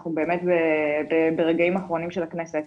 אנחנו באמת ברגעים אחרונים של הכנסת.